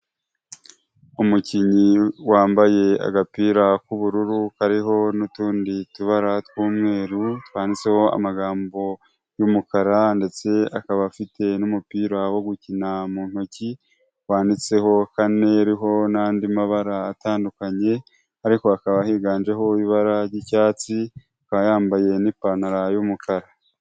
Umukinnyi wambaye agapira k'ubururu kariho n'utundi tubara tw'umweru twanditseho amagambo y'umukara ndetse akaba afite n'umupira wo gukina mu ntoki wanditseho kane uriho n'andi mabara atandukanye ariko hakaba higanjemo ibara ry'icyatsi akaba yambaye n'ipantaro y'umukara.